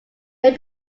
may